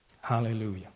Hallelujah